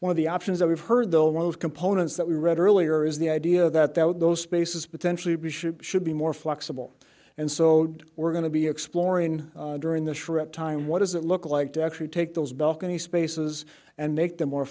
one of the options that we've heard though a lot of components that we read earlier is the idea that that would those spaces potentially be ship should be more flexible and so we're going to be exploring during this trip time what does it look like to actually take those balcony spaces and make them more